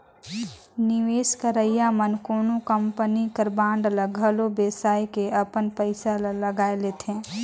निवेस करइया मन कोनो कंपनी कर बांड ल घलो बेसाए के अपन पइसा ल लगाए लेथे